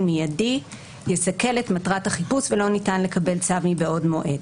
מידי יסכל את מטרת החיפוש ולא ניתן לקבל צו מבעוד מועד.